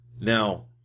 Now